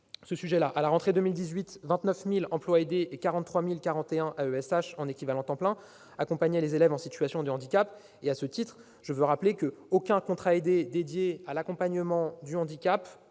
peu biaisée. À la rentrée 2018, quelque 29 000 emplois aidés et 43 041 AESH en équivalents temps plein accompagnaient les élèves en situation de handicap. Je veux le rappeler, aucun contrat aidé dédié à l'accompagnement du handicap